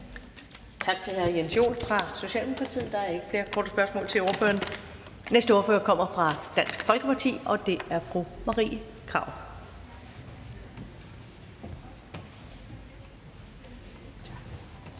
Tak til hr. Jens Joel fra Socialdemokratiet. Der er ikke flere korte bemærkninger til ordføreren. Den næste ordfører kommer fra Dansk Folkeparti, og det er fru Marie Krarup.